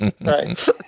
Right